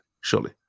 surely